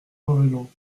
revenant